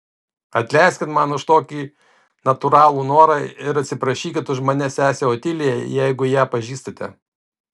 atleiskit man už tokį natūralų norą ir atsiprašykit už mane sesę otiliją jeigu ją pažįstate